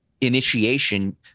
initiation